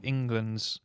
England's